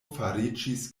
fariĝis